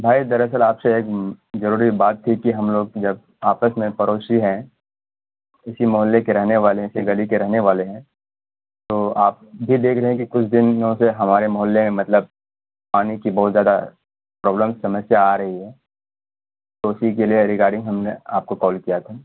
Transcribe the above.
بھائی دراصل آپ سے ایک ضروری بات تھی کہ ہم لوگ جب آپس میں پڑوسی ہیں اسی محلے کے رہنے والے اسی گلی کے رہنے والے ہیں تو آپ بھی دیکھ رہے ہیں کہ کچھ دنوں سے ہمارے محلے میں مطلب پانی کی بہت زیادہ پرابلم سمسیا آ رہی ہے تو اسی کے لیے رگارڈنگ ہم نے آپ کو کال کیا تھا